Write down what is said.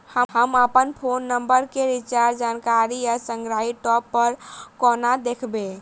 हम अप्पन phone number केँ रिचार्जक जानकारी आ संगहि टॉप अप कोना देखबै?